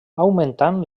augmentant